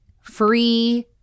free